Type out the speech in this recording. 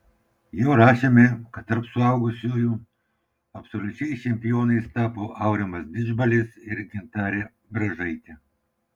jau rašėme kad tarp suaugusiųjų absoliučiais čempionais tapo aurimas didžbalis ir gintarė bražaitė